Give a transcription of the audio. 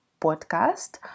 podcast